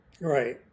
Right